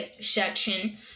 section